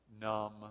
numb